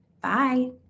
Bye